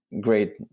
great